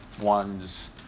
ones